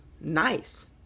nice